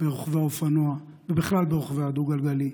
ברוכבי אופנוע ובכלל ברוכבי הדו-גלגלי,